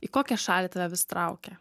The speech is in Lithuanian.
į kokią šalį tave vis traukia